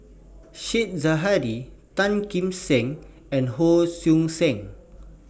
Said Zahari Tan Kim Seng and Hon Sui Sen